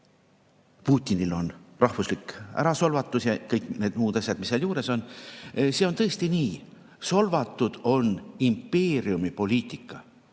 – Putinil on rahvuslik ärasolvatus ja kõik need muud asjad, mis seal juures on. See on tõesti nii, solvatud on impeeriumi poliitikat.